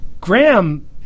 Graham